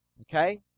Okay